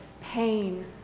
pain